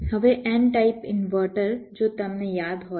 હવે n type inverter જો તમને યાદ હોય